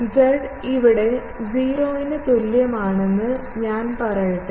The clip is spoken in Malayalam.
Z ഇവിടെ 0 ന് തുല്യമാണെന്ന് ഞാൻ പറയട്ടെ